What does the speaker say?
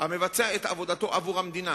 המבצע עבודתו עבור המדינה.